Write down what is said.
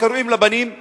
קוראים לבנים משה,